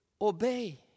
obey